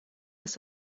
ist